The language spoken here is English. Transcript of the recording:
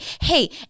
hey